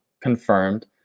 confirmed